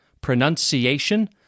pronunciation